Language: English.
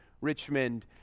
Richmond